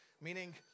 Meaning